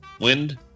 Wind